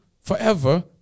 forever